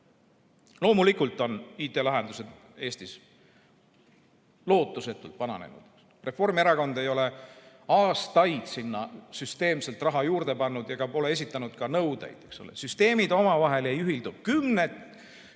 on IT‑lahendused Eestis lootusetult vananenud. Reformierakond ei ole aastaid sinna süsteemselt raha juurde pannud ega ole esitanud ka nõudeid. Süsteemid omavahel ei ühildu, kümned